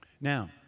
Now